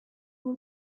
w’u